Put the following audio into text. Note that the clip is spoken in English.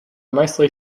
mostly